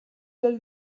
del